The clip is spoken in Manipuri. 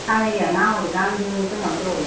ꯊꯥꯏꯅꯒꯤ ꯑꯉꯥꯡ ꯑꯣꯏꯔꯤ ꯀꯥꯟꯒꯤꯗꯨ ꯅꯤꯡꯁꯪꯉꯛꯇ꯭ꯔꯣ